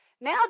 Now